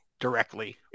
Directly